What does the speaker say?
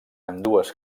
ambdues